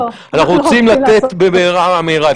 אנחנו רוצים לצאת באמירה.